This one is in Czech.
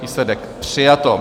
Výsledek: přijato.